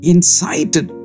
Incited